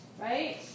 right